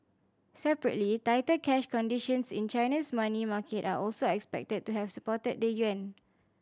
separately tighter cash conditions in China's money market are also expected to have supported the yuan